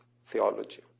theology